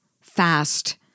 fast